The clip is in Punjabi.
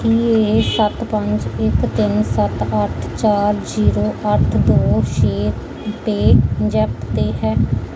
ਕੀ ਇਹ ਸੱਤ ਪੰਜ ਇੱਕ ਤਿੰਨ ਸੱਤ ਅੱਠ ਚਾਰ ਜੀਰੋ ਅੱਠ ਦੋ ਛੇ ਪੇਜ਼ੈਪ 'ਤੇ ਹੈ